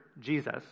Jesus